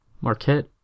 Marquette